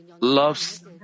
loves